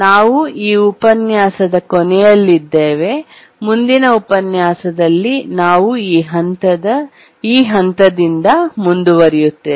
ನಾವು ಈ ಉಪನ್ಯಾಸದ ಕೊನೆಯಲ್ಲಿದ್ದೇವೆ ಮುಂದಿನ ಉಪನ್ಯಾಸದಲ್ಲಿ ನಾವು ಈ ಹಂತದಿಂದ ಮುಂದುವರಿಯುತ್ತೇವೆ